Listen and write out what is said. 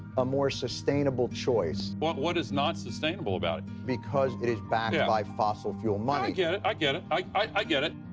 a more sustainable choice? but what is not sustainable about it? because it is backed by fossil fuel money. i get it, i get it, i get it.